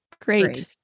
Great